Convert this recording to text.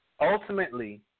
Ultimately